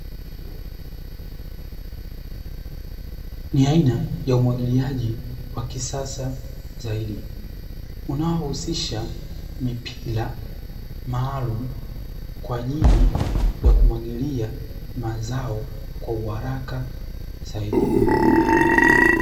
Nia aina ya umwagiliaji wa kisasa zaidi, unaohusisha mipira maalumu kwa ajili ya kumwagilia mazao kwa uharaka zaidi.